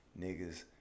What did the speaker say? niggas